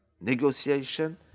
negotiation